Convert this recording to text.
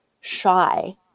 shy